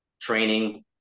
training